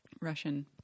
Russian